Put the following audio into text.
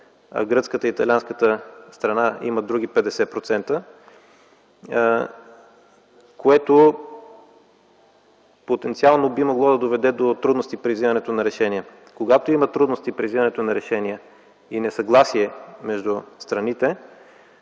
а гръцката и италианската страна имат други 50%, което потенциално би могло да доведе до трудности при вземането на решения. Когато има трудности при вземането на решения и несъгласие между страните,